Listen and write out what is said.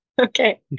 Okay